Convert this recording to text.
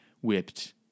whipped